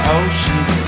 oceans